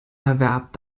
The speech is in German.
erwarb